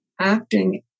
acting